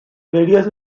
various